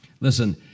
listen